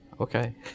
okay